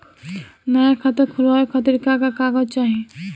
नया खाता खुलवाए खातिर का का कागज चाहीं?